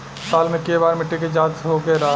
साल मे केए बार मिट्टी के जाँच होखेला?